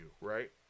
right